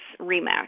REMAX